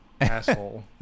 asshole